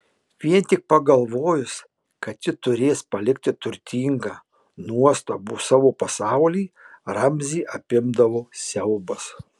vien tik pagalvojus kad ji turės palikti turtingą nuostabų savo pasaulį ramzį apimdavo siaubas